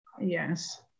Yes